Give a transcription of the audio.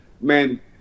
man